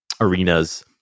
arenas